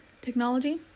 technology